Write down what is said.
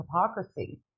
hypocrisy